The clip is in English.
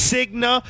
Signa